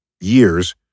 years